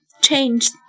change